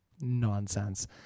nonsense